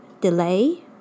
delay